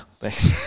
thanks